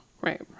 Right